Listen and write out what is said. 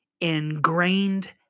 ingrained